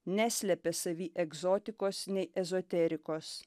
neslepia savy egzotikos nei ezoterikos